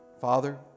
father